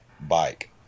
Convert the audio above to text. bike